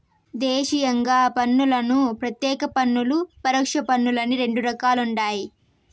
దేశీయంగా పన్నులను ప్రత్యేక పన్నులు, పరోక్ష పన్నులని రెండు రకాలుండాయి